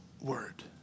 word